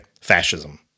Fascism